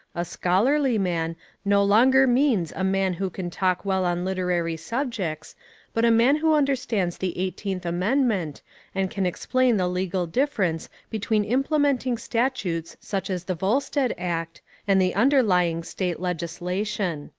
a scholarly man no longer means a man who can talk well on literary subjects but a man who understands the eighteenth amendment and can explain the legal difference between implementing statutes such as the volstead act and the underlying state legislation.